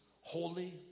holy